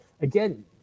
again